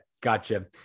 gotcha